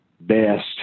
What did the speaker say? best